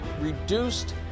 reduced